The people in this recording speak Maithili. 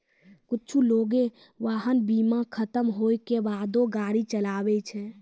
कुछु लोगें वाहन बीमा खतम होय के बादो गाड़ी चलाबै छै